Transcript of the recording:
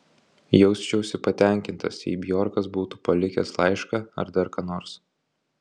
jausčiausi patenkintas jei bjorkas būtų palikęs laišką ar dar ką nors